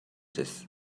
this